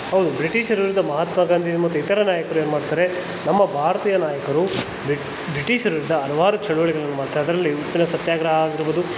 ಹೌದು ಬ್ರಿಟಿಷರ ವಿರುದ್ಧ ಮಹಾತ್ಮಾ ಗಾಂಧಿ ಮತ್ತು ಇತರ ನಾಯಕರು ಏನು ಮಾಡ್ತಾರೆ ನಮ್ಮ ಭಾರತೀಯ ನಾಯಕರು ಬ್ರಿಟಿಷರ ವಿರುದ್ಧ ಹಲವಾರು ಚಳವಳಿಗಳನ್ನು ಮಾಡ್ತಾರೆ ಅದರಲ್ಲಿ ಉಪ್ಪಿನ ಸತ್ಯಾಗ್ರಹ ಆಗಿರ್ಬೋದು